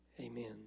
Amen